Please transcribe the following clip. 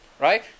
right